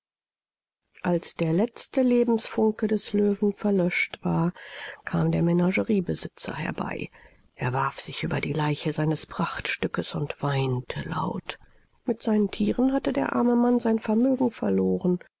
als der letzte lebensfunke des löwen verlöscht war kam der menageriebesitzer herbei er warf sich über die leiche seines prachtstückes und weinte laut mit seinen thieren hatte der arme mann sein vermögen verloren